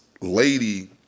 lady